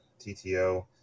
TTO